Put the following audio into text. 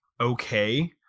okay –